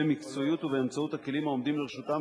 במקצועיות ובכלים העומדים לרשותם,